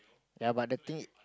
ya but the thing